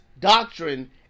doctrine